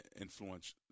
influence